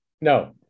No